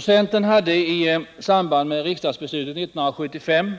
Centern hade i samband med riksdagsbeslutet 1975